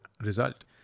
result